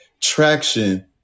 traction